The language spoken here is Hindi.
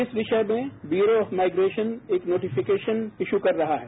इस विषय में ब्यूरो ऑफ माइग्रेशन एक नोटिफिकेशन इशु कर रहा है